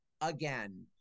again